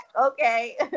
Okay